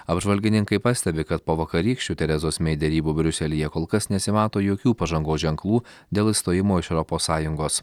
apžvalgininkai pastebi kad po vakarykščių terezos mei derybų briuselyje kol kas nesimato jokių pažangos ženklų dėl išstojimo iš europos sąjungos